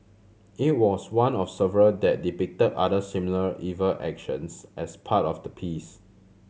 it was one of several that depicted other similarly evil actions as part of the piece